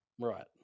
right